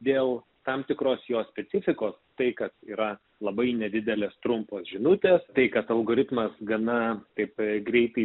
dėl tam tikros jos specifikos tai kas yra labai nedidelės trumpos žinutės tai kad algoritmas gana stipriai greitį